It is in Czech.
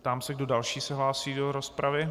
Ptám se, kdo další se hlásí do rozpravy.